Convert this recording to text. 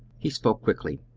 he spoke quickly.